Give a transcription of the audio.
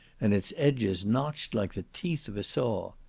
and its edges notched like the teeth of a saw.